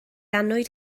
annwyd